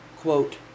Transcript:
quote